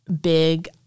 big